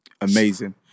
amazing